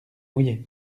mouillé